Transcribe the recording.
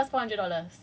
!woohoo!